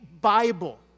Bible